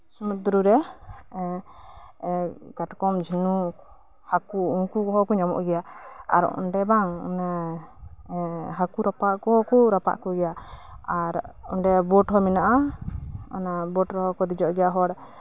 ᱥᱩᱢᱩᱫᱽᱨᱩᱨᱮ ᱠᱟᱴᱠᱚᱢ ᱡᱷᱤᱱᱩᱠ ᱩᱱᱠᱩ ᱠᱚ ᱧᱟᱢᱚᱜ ᱜᱮᱭᱟ ᱟᱨ ᱚᱱᱰᱮ ᱵᱟᱝ ᱦᱟᱹᱠᱩ ᱨᱟᱯᱟᱜ ᱠᱚ ᱨᱟᱯᱟᱜ ᱠᱚᱜᱮᱭᱟ ᱟᱨ ᱚᱱᱰᱮ ᱵᱳᱴ ᱦᱚᱸ ᱢᱮᱱᱟᱜ ᱜᱮᱭᱟ ᱚᱱᱰᱮ ᱵᱳᱴ ᱨᱮᱦᱚᱸ ᱠᱚ ᱫᱮᱡᱚᱜ ᱜᱮᱭᱟ ᱩᱱᱠᱩ ᱦᱚᱲ